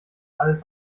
alles